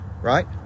right